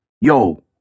Yo